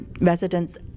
residents